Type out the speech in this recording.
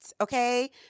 Okay